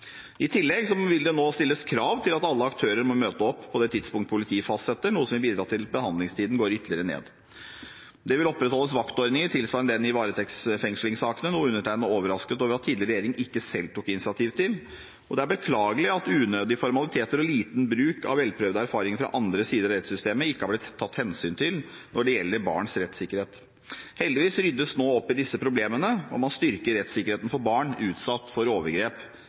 I tillegg vil det nå stilles krav til at alle aktører må møte opp på det tidspunkt politiet fastsetter, noe som vil bidra til at behandlingstiden går ytterligere ned. Det vil opprettes vaktordninger tilsvarende den vi har i varetektsfengslingssaker, noe undertegnede er overrasket over at tidligere regjering ikke selv tok initiativ til. Det er beklagelig at unødige formaliteter og liten bruk av velprøvde erfaringer fra andre sider av rettssystemet ikke har blitt tatt hensyn til når det gjelder barns rettssikkerhet. Heldigvis ryddes det nå opp i disse problemene, og man styrker rettssikkerheten for barn utsatt for overgrep